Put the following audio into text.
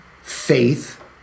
faith